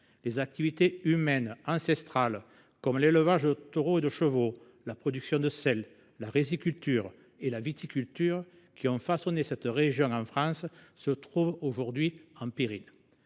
Les activités humaines ancestrales comme l’élevage de taureaux et de chevaux, la production de sel, la riziculture et la viticulture, qui ont façonné cette région, se trouvent aujourd’hui en péril.